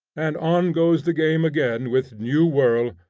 and on goes the game again with new whirl,